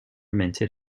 minted